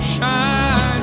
Shine